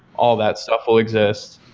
all that stuff will exist.